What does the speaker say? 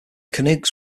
canucks